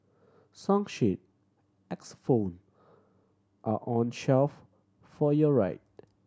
song sheet X phone are on shelf for your right